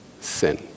sin